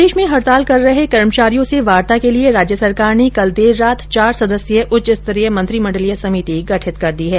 प्रदेश में हडताल कर रहे कर्मचारियों से वार्ता के लिये राज्य सरकार ने कल देर रात चार सदस्यीय उच्चस्तरीय मंत्रिमण्डलीय समिति गठित कर दी है